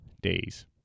days